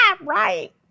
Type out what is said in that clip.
Right